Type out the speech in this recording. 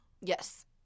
Yes